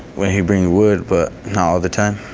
when he bring wood, but not all the time.